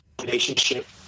relationship